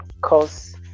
cause